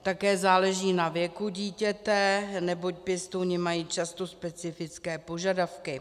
Také záleží na věku dítěte, neboť pěstouni mají často specifické požadavky.